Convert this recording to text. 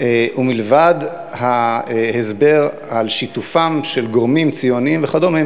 ומלבד ההסבר על שיתופם של גורמים ציוניים וכדומה,